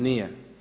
Nije.